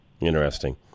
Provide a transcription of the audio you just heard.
Interesting